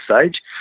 stage